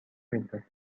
میداد